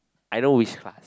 I know which class